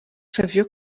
savio